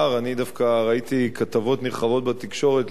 אני דווקא ראיתי כתבות נרחבות בתקשורת לאחר